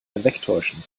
hinwegtäuschen